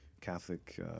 Catholic